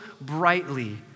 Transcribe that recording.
brightly